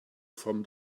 from